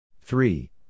three